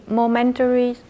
momentary